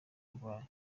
barwaye